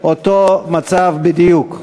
אותו מצב בדיוק: